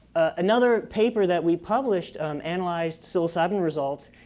another paper that we published um analyzed psilocybin results.